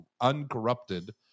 uncorrupted